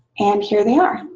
and here they are.